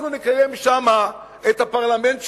אנחנו נקיים שם את הפרלמנט שלנו,